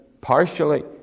partially